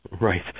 Right